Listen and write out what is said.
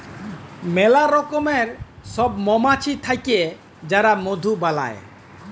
ম্যালা রকমের সব মমাছি থাক্যে যারা মধু বালাই